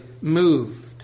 moved